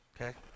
okay